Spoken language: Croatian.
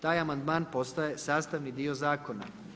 Taj amandman postaje sastavni dio zakona.